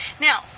Now